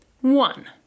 One